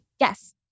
Yes